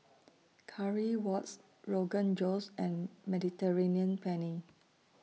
Currywurst Rogan Josh and Mediterranean Penne